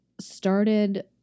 started